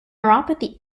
neuropathy